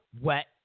wet